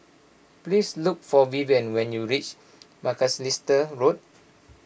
please look for Vivian when you reach Macalister Road